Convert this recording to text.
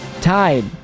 Tide